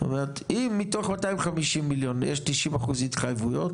זאת אומרת אם מתוך 250 מיליון יש 90% התחייבויות,